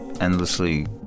endlessly